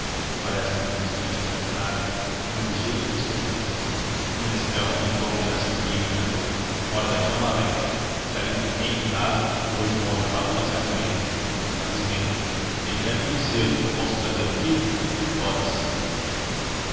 quaresma olhou um instante para ricardo com uma ligeira desconfiança o menestrel não notou o gesto do amigo e emendou mora daqui a uma légua já lhe toquei em casa e hoje vou a cavalo passear com ele fazes bem ele quer conhecê-lo posso trazê-lo aqui podes